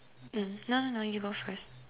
mm no no no you go first